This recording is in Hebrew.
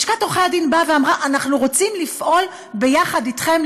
לשכת עורכי-הדין באה ואמרה: אנחנו רוצים לפעול ביחד אתכם,